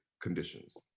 conditions